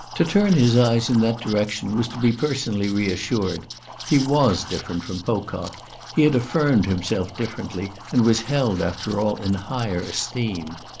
to turn his eyes in that direction was to be personally reassured he was different from pocock he had affirmed himself differently and was held after all in higher esteem.